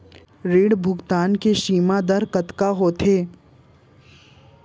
ऋण भुगतान के सीमा दर कतका होथे?